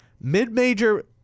Mid-major